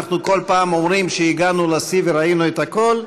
אנחנו כל פעם אומרים שהגענו לשיא וראינו את הכול,